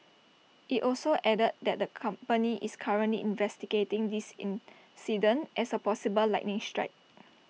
IT also added that the company is currently investigating this incident as A possible lightning strike